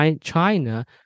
China